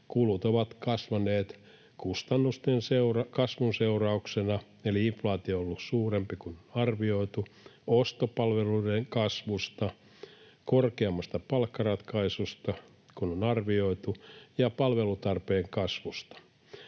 Kulut ovat kasvaneet kustannusten kasvun seurauksena — eli inflaatio on ollut suurempi kuin on arvioitu — ostopalveluiden kasvusta, korkeammasta palkkaratkaisusta kuin on arvioitu ja palvelutarpeen kasvusta.